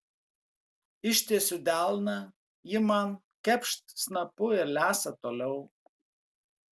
ištiesiu delną ji man kepšt snapu ir lesa toliau